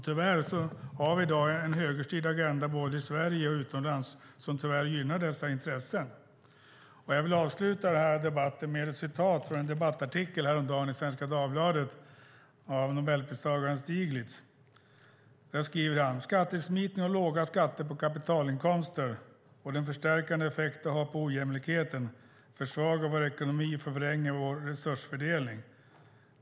Tyvärr har vi i dag en högerstyrd agenda både i Sverige och utomlands som tyvärr gynnar dessa intressen. Jag vill avsluta den här debatten med ett citat från en debattartikel av nobelpristagaren Stiglitz häromdagen: "Skattesmitning och låga skatter på kapitalinkomster - och den förstärkande effekt de har på ojämlikheten - försvagar vår ekonomi och förvränger vår resursfördelning.